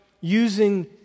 using